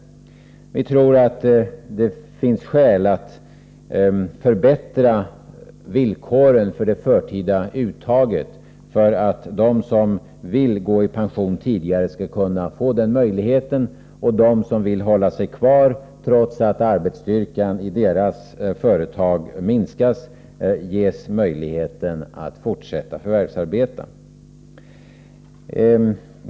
Vi tror att det finns skäl för att förbättra villkoren för det förtida uttaget så att de som vill gå i pension tidigare kan få den möjligheten. De som vill stå kvar trots att arbetsstyrkan i deras företag minskas skall ges möjlighet att fortsätta förvärvsarbetet.